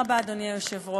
תודה רבה, אדוני היושב-ראש.